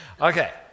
Okay